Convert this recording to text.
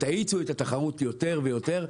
תאיצו את התחרות יותר ויותר,